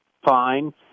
fine